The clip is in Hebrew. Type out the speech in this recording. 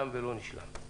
תם ולא נשלם.